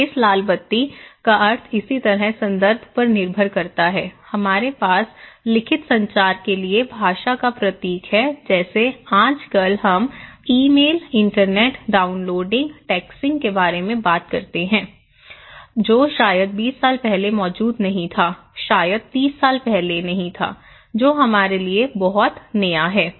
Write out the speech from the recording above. तो इस लाल बत्ती का अर्थ इसी तरह संदर्भ पर निर्भर करता है हमारे पास लिखित संचार के लिए भाषा का प्रतीक है जैसे आजकल हम ईमेल इंटर्नेट डाउनलोडिंग टेक्स्टिंग के बारे में बात कर रहे हैं जो शायद 20 साल पहले मौजूद नहीं था या शायद 30 साल पहले जो हमारे लिए बहुत नया है